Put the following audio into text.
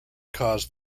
caused